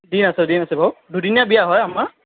দিন আছে দিন আছে বাৰু দুদিনীয়া বিয়া হয় আমাৰ